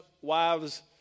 wives